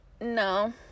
No